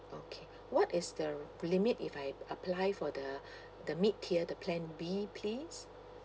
okay what is the limit if I apply for the the mid tier the plan b please